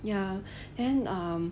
ya then um